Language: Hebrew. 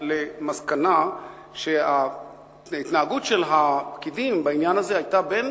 למסקנה שההתנהגות של הפקידים בעניין הזה היתה בין